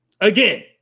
again